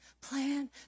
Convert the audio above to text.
plan